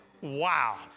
Wow